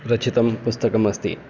रचितं पुस्तकम् अस्ति